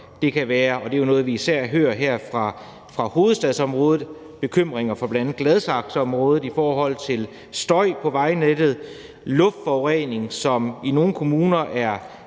det kan være, og det er jo noget, vi især hører her fra hovedstadsområdet, bekymringer for bl.a. Gladsaxeområdet i forhold til støj på vejnettet, og det kan være luftforurening, som i nogle kommuner er